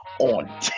on